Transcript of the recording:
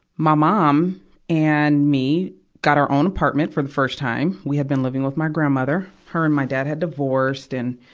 my mom and me got our own apartment for the first time. we had been living with my grandmother. her and my dad had divorced and,